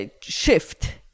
shift